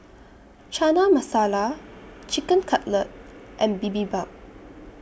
Chana Masala Chicken Cutlet and Bibimbap